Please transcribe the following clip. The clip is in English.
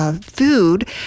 Food